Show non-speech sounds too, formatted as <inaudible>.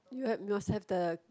you <noise> you must have the